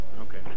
Okay